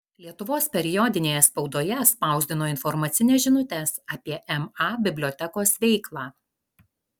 lietuvos periodinėje spaudoje spausdino informacines žinutes apie ma bibliotekos veiklą